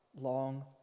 long